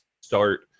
start